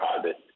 private